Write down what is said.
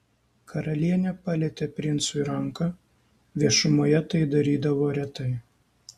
karalienė palietė princui ranką viešumoje tai darydavo retai